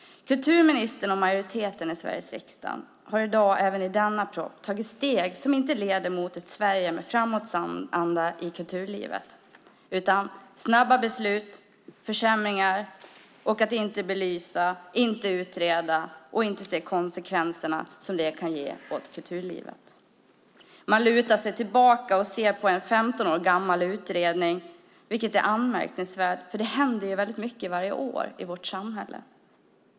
Kulturministern och majoriteten i Sveriges riksdag har även i den nu aktuella propositionen tagit steg som inte leder till ett Sverige med framåtanda i kulturlivet. I stället handlar det om snabba beslut och försämringar samt om att inte belysa, inte utreda, inte se de konsekvenser som det kan innebära för kulturlivet. Man lutar sig tillbaka och tittar på en femton år gammal utredning, vilket är anmärkningsvärt eftersom det händer mycket varje år i vårt samhälle.